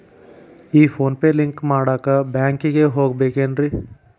ಈ PhonePe link ಮಾಡಾಕ ಬ್ಯಾಂಕಿಗೆ ಹೋಗ್ಬೇಕೇನ್ರಿ?